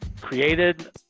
created